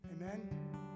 Amen